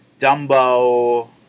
Dumbo